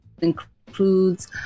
includes